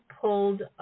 pulled